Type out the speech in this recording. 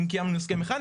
אם קיימנו הסכם אחד,